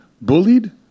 bullied